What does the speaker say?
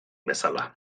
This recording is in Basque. bezala